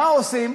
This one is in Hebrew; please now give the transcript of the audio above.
מה עושים?